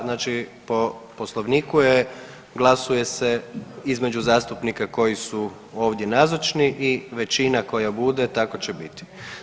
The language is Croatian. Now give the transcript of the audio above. Znači po Poslovniku je, glasuje se između zastupnika koji su ovdje nazočni i većina koja bude tako će biti.